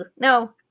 no